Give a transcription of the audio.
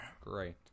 great